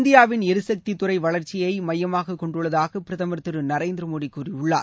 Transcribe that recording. இந்தியாவிள் எரிசக்தித் துறைவளர்ச்சியைமையமாகக் கொண்டுள்ளதாகபிரதமர் கிரு நரேந்திரமோடிகூறியுள்ளார்